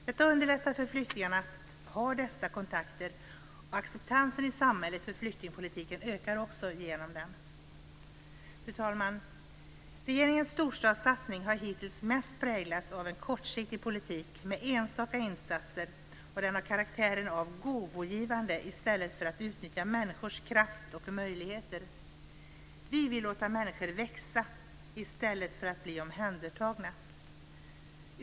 Det underlättar för flyktingarna att ha dessa kontakter, och acceptansen i samhället för flyktingpolitiken ökar också genom detta. Fru talman! Regeringens storstadssatsning har hittills mest präglats av en kortsiktig politik med enstaka insatser och den har karaktären av gåvogivande i stället för att utnyttja människors kraft och möjligheter. Vi vill låta människor växa i stället för att bli omhändertagna.